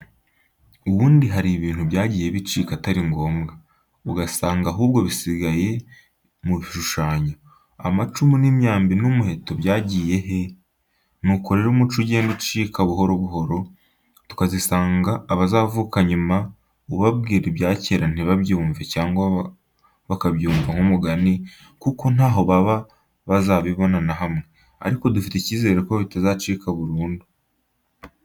Ubundi hari ibintu byagiye bicika atari ngombwa. Ugasanga ahubwo bisigaye mu bishushanyo, amacumu n'imyambi n'umuheto byagiye he? Nuko rero umuco ugenda ucika buhoro buhoro, tukazisanga abazavuka nyuma ubabwira ibyakera ntibabyumve cyangwa bakabyumva nk'umugani kuko ntaho baba bazabibona na hamwe, ariko dufite icyizere ko bitacika burundu.